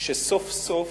שסוף-סוף